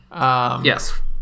Yes